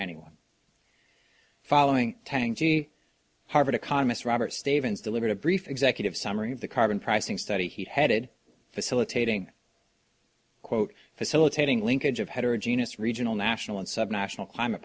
anyone following tang harvard economist robert stevens delivered a brief executive summary of the carbon pricing study he headed facilitating quote facilitating linkage of heterogeneous regional national and subnational climate